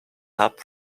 hub